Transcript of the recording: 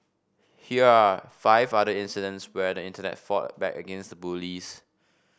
here are five other incidents where the Internet fought back against the bullies